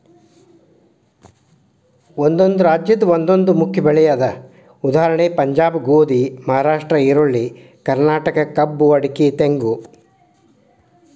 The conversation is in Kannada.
ರಾಜ್ಯದ ಒಂದೊಂದು ಮುಖ್ಯ ಬೆಳೆ ಇದೆ ಉದಾ ಪಂಜಾಬ್ ಗೋಧಿ, ಮಹಾರಾಷ್ಟ್ರ ಈರುಳ್ಳಿ, ಕರ್ನಾಟಕ ಕಬ್ಬು ಅಡಿಕೆ ತೆಂಗು